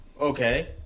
Okay